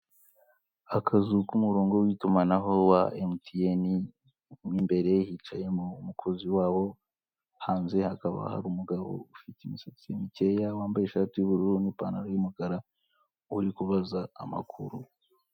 Akazu k'umurongo w'itumanaho wa emutiyene, mo imbere hicayemo umukozizi wabo hanze hakaba hari umugabo ufite imisatsi mikeya, wambaye ishati y'ubururu n'ipantaro y'umukara uri kubaza amakuru.